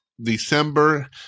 December